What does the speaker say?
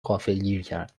غافلگیرکرد